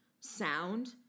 sound